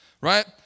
right